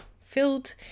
filled